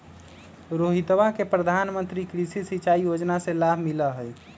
रोहितवा के प्रधानमंत्री कृषि सिंचाई योजना से लाभ मिला हई